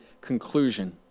conclusion